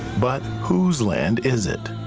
but whose land is it?